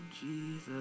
Jesus